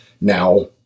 Now